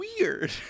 weird